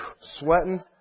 sweating